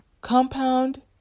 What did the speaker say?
compound